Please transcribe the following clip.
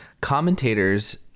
commentators